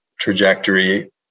trajectory